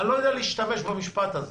אני לא יודע להשתמש במשפט הזה.